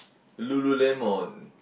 Lululemon